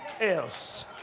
else